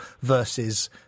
versus